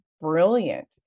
brilliant